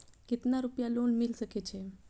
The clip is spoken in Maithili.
केतना रूपया लोन मिल सके छै?